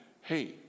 hey